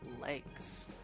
legs